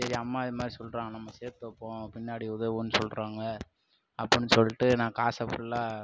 சரி அம்மா இது மாதிரி சொல்கிறாங்க நம்ம சேர்த்து வைப்போம் பின்னாடி உதவும்னு சொல்கிறாங்க அப்புடின்னு சொல்லிட்டு நான் காசை ஃபுல்லாக